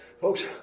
folks